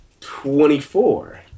Twenty-four